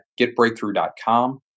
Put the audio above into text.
getbreakthrough.com